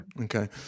okay